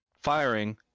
Firing